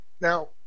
Now